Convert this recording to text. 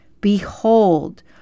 Behold